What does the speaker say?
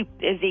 busy